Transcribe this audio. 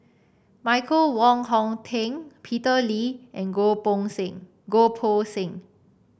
Michael Wong Hong Teng Peter Lee and Goh Seng Goh Poh Seng